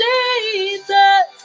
Jesus